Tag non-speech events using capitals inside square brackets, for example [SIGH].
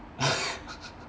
[LAUGHS]